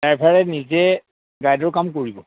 ড্ৰাইভাৰে নিজে গাইডৰ কাম কৰিব